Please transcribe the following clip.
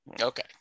Okay